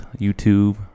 youtube